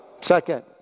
Second